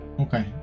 Okay